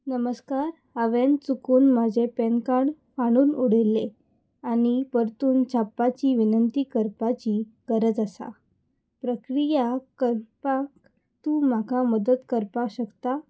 नमस्कार हांवेन चुकून म्हाजें पॅनकार्ड सांडून उडयलें आनी परतून छापपाची विनंती करपाची गरज आसा प्रक्रिया करपाक तूं म्हाका मदत करपाक शकता